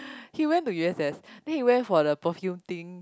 he went to U_S_S then he went for the perfume thing